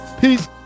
Peace